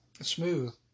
Smooth